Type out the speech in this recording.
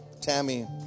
Tammy